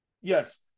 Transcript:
yes